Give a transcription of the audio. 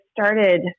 started